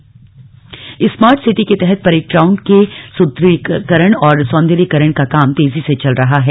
parade ground smart city के तहत parade ground के सुद्रढ़ीकरण और सौंदर्यीकरण का काम तेजी से चल रहा है